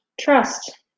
Trust